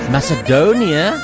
Macedonia